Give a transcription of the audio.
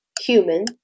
human